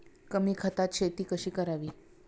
कमी खतात शेती कशी करावी?